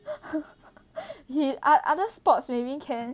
h~ other other sports maybe can